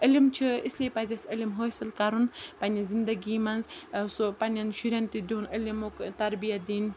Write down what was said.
علم چھِ اسلیے پَزِ اَسہِ علم حٲصِل کَرُن پنٛنہِ زندگی منٛز سُہ پنٛنٮ۪ن شُرٮ۪ن تہِ دیُن علمُک تربیت دِنۍ